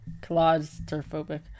claustrophobic